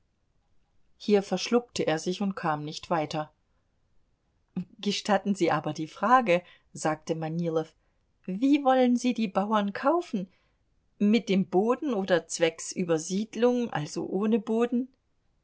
hier verschluckte er sich und kam nicht weiter gestatten sie aber die frage sagte manilow wie wollen sie die bauern kaufen mit dem boden oder zwecks übersiedlung also ohne boden